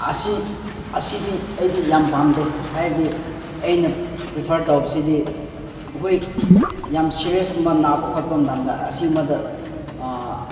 ꯑꯁꯤ ꯑꯁꯤꯗꯤ ꯑꯩꯗꯤ ꯌꯥꯝ ꯄꯥꯝꯗꯦ ꯍꯥꯏꯔꯗꯤ ꯑꯩꯅ ꯄ꯭ꯔꯤꯐꯔ ꯇꯧꯕꯁꯤꯗꯤ ꯑꯩꯈꯣꯏ ꯌꯥꯝ ꯁꯦꯔꯤꯌꯁꯀꯨꯝꯕ ꯅꯥꯕ ꯈꯣꯠꯄ ꯃꯇꯝꯗ ꯑꯁꯤꯒꯨꯝꯕꯗ